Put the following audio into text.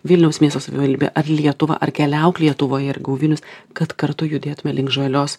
vilniaus miesto savivaldybė ar lietuva ar keliauk lietuvoje ar go vilnius kad kartu judėtume link žalios